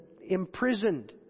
imprisoned